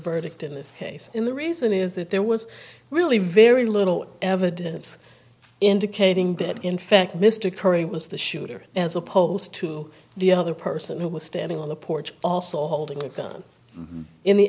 verdict in this case in the reason is that there was really very little evidence indicating that in fact mr curry was the shooter as opposed to the other person who was standing on the porch also holding a gun in the